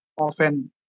often